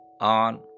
on